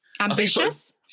Ambitious